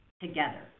together